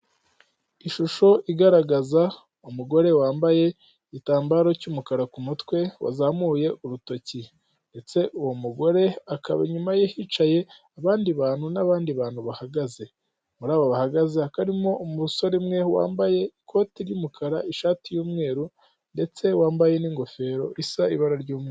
Ishusho igaragaza umugore wambaye igitambaro cy'umukara ku mutwe, wazamuye urutoki, ndetse uwo mugore akaba inyuma ye hicaye abandi bantu n'abandi bantu bahagaze, muri abo bahagaze hakaba harimo umusore umwe wambaye ikoti ry'umukara, ishati y'umweru, ndetse wambaye n'ingofero isa ibara ry'umweru.